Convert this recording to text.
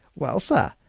well, sir,